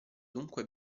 dunque